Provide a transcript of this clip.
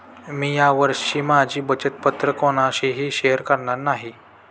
मी या वर्षी माझी बचत पत्र कोणाशीही शेअर करणार नाही